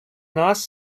нас